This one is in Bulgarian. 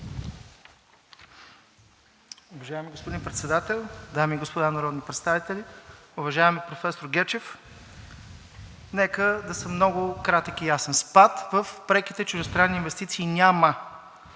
Уважаеми господин Председател, дами и господа народни представители! Уважаеми професор Гечев, нека да съм много кратък и ясен – спад в преките чуждестранни инвестиции няма.